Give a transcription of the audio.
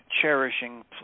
cherishing